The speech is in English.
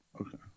Okay